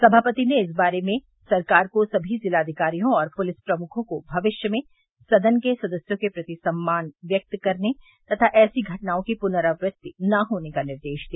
समापति ने इस बारे में सरकार को सभी जिलाधिकारियों और पुलिस प्रमुखों को भविष्य में सदन के सदस्यों के प्रति सम्मान व्यक्त करने तथा ऐसी घटनाओं की पुनरावृत्ति न होने का निर्देश दिया